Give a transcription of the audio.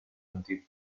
until